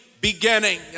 beginning